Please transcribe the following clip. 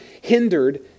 hindered